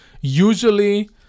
usually